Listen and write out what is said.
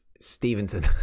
Stevenson